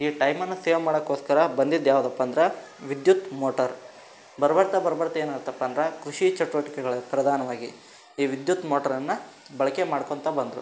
ಈ ಟೈಮನ್ನು ಸೇವ್ ಮಾಡೋಕೋಸ್ಕರ ಬಂದಿದ್ದು ಯಾವುದಪ್ಪ ಅಂದ್ರೆ ವಿದ್ಯುತ್ ಮೋಟರ್ ಬರುಬರ್ತ ಬರುಬರ್ತ ಏನಾಗತಪ್ಪ ಅಂದ್ರೆ ಕೃಷಿ ಚಟುವಟ್ಕೆಗಳಿಗೆ ಪ್ರಧಾನವಾಗಿ ಈ ವಿದ್ಯುತ್ ಮೋಟ್ರನ್ನು ಬಳಕೆ ಮಾಡ್ಕೋತ ಬಂದರು